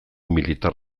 militar